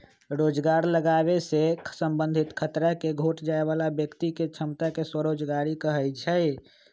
रोजगार लागाबे से संबंधित खतरा के घोट जाय बला व्यक्ति के क्षमता के स्वरोजगारी कहै छइ